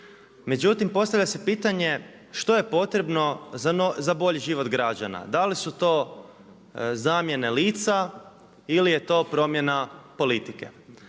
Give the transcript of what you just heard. Međutim, postavlja se pitanje što je potrebno za bolji život građana? Da li su to zamjene lica ili je to promjena politike?